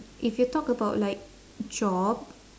if you talk about like job